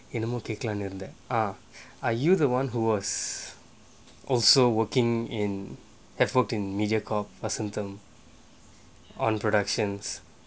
in the mooncake london there ah are you the [one] who was also working in effort in Mediacorp vasantham or symptom on productions